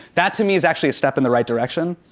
that to me is actually a step in the right direction.